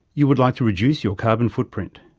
you would like to reduce your carbon footprint.